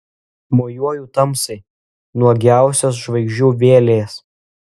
mojuoju tamsai nuogiausios žvaigždžių vėlės